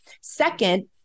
Second